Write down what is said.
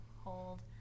hold